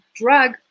drug